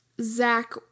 Zach